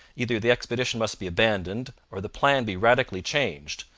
either the expedition must be abandoned or the plan be radically changed,